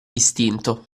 istinto